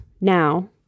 now